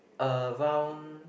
around